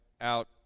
out